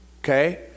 okay